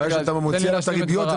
הבעיה שאתה מוציא רק את הריביות,